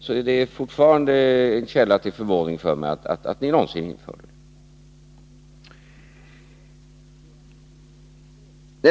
För mig är det fortfarande en källa till förvåning att ni någonsin införde det.